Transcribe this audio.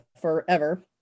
forever